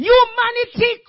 Humanity